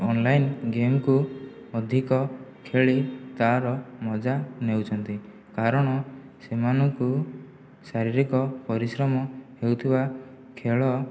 online ଗେମ୍କୁ ଅଧିକ ଖେଳି ତାର ମଜା ନେଉଛନ୍ତି କାରଣ ସେମାନଙ୍କୁ ଶାରୀରିକ ପରିଶ୍ରମ ହେଉଥିବା ଖେଳ